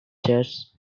church